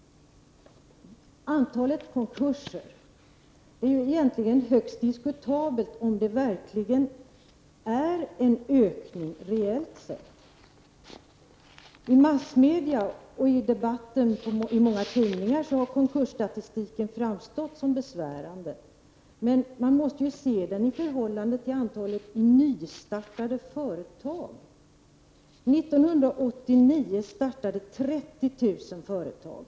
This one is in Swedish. Det är egentligen högst diskutabelt att antalet konkurser har ökat rejält sett. I massmedia och i artiklar i många tidningar har konkursstatistiken framstått som besvärande. Men man måste se antalet konkurser i förhållande till antalet nystartade företag. År 1989 startades 30 000 företag.